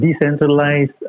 decentralized